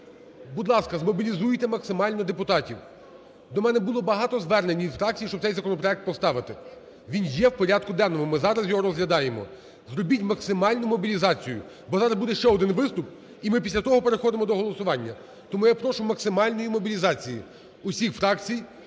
будь ласка, змобілізуйте максимально депутатів. До мене було багато звернень від фракцій, щоб цей законопроект поставити. Він є в порядку денному, ми зараз його розглядаємо. Зробіть максимальну мобілізацію, бо зараз буде ще один виступ, і ми після того переходимо до голосування. Тому я прошу максимальної мобілізації усіх фракцій.